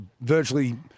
virtually